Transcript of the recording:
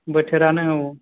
बोथोरआनो आव